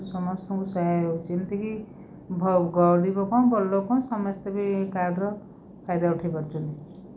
ସମସ୍ତଙ୍କୁ ସହାୟ ହେଉଛି ଏମିତିକି ଗରିବ କ'ଣ ବଡ଼ ଲୋକ କ'ଣ ସମସ୍ତେ ବି ଏ କାର୍ଡ଼ର ଫାଇଦା ଉଠାପାରୁଛନ୍ତି